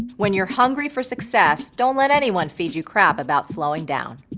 when you're hungry for success, don't let anyone feed you crap about slowing down.